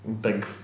big